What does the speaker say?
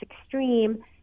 extreme